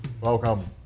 Welcome